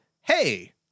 Hey